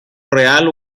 real